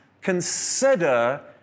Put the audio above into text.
consider